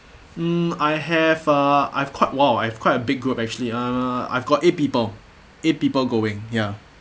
mm I have uh I've quite !wow! I've quite a big group actually uh I got eight people eight people going ya